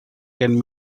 can